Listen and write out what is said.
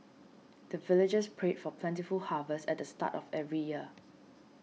the villagers pray for plentiful harvest at the start of every year